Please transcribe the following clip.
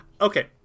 Okay